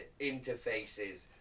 interfaces